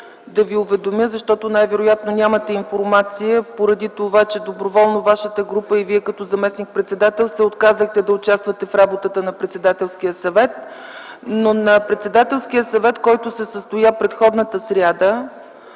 да Ви уведомя, защото вероятно нямате информация поради това, че доброволно вашата парламентарна група и Вие като неин заместник-председател се отказахте да участвате в работата на Председателския съвет, но на Председателския съвет от предходната сряда